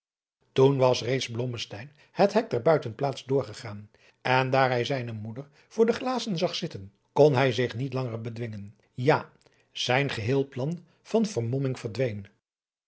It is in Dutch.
toen was reeds blommesteyn het hek der buitenplaats doorgegaan en daar hij zijne moeder voor de glazen zag zitten kop hij zich niet langer bedwingen jaadriaan loosjes pzn het leven van johannes wouter blommesteyn zijn geheel plan van vermomming